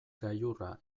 gailurra